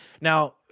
Now